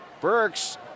Burks